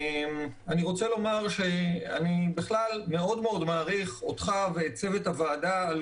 אני רוצה לומר שאני בכלל מעריך אותך מאוד ואת צוות הוועדה על